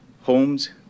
homes